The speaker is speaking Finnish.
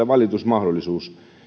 valitusmahdollisuus